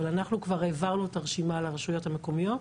אבל אנחנו כבר העברנו את הרשימה לרשויות המקומיות.